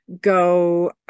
go